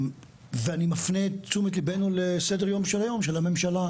ואני מפנה את תשומת ליבנו לסדר היום של היום בממשלה.